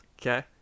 Okay